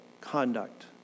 conduct